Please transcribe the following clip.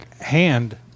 hand